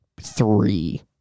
three